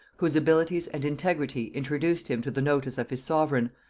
whose abilities and integrity introduced him to the notice of his sovereign,